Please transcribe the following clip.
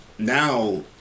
Now